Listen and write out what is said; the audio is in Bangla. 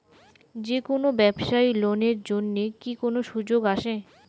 যে কোনো ব্যবসায়ী লোন এর জন্যে কি কোনো সুযোগ আসে?